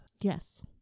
Yes